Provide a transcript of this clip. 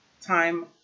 time